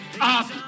up